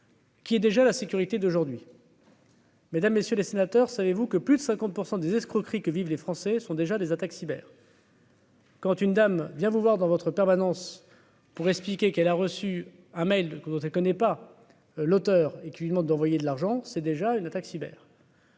Qui est déjà la sécurité d'aujourd'hui. Mesdames, messieurs les sénateurs, savez-vous que plus de 50 % des escroqueries que vivent les Français sont déjà des attaques cyber. Quand une dame vient vous voir dans votre permanence pour expliquer qu'elle a reçu un mail de que ne connaît pas l'auteur et qui lui demande d'envoyer de l'argent, c'est déjà une attaque cyber.